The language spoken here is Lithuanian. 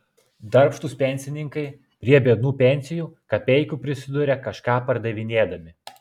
darbštūs pensininkai prie biednų pensijų kapeikų prisiduria kažką pardavinėdami